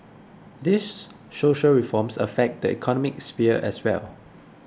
these social reforms affect the economic sphere as well